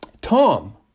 Tom